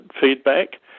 feedback